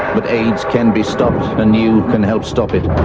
but aids can be stopped and you can help stop it.